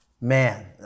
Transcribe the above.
Man